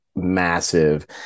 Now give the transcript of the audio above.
massive